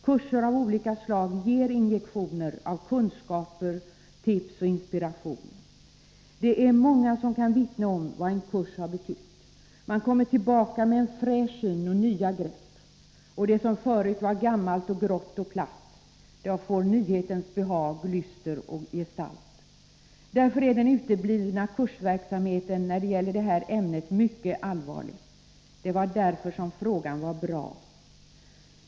Kurser av olika slag ger injektioner av kunskaper, tips och inspiration. Det är många som kan vittna om vad en kurs har betytt. Man kommer tillbaka med en fräsch syn och nya grepp. Det som förut var gammalt, grått och platt får nyhetens behag, lyster och gestalt. Därför är det mycket allvarligt med den uteblivna kursverksamheten när det gäller det här ämnet. Det var därför som frågan var bra.